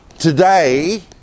today